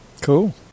Cool